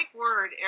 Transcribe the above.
word